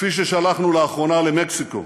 כפי ששלחנו לאחרונה למקסיקו.